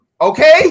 Okay